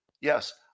Yes